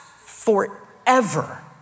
forever